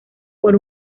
por